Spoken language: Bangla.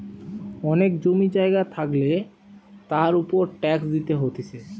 অনেক জমি জায়গা থাকলে তার উপর ট্যাক্স দিতে হতিছে